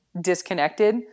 disconnected